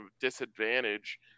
disadvantage